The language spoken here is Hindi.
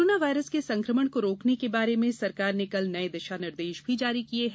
कोरोना वायरस के संक्रमण को रोकने के बारे में सरकार ने कल नए दिशानिर्देश भी जारी किए हैं